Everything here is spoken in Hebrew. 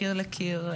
מקיר לקיר,